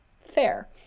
fair